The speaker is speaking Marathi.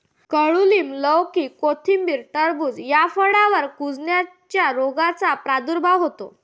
कडूलिंब, लौकी, कोथिंबीर, टरबूज या फळांवर कुजण्याच्या रोगाचा प्रादुर्भाव होतो